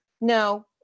No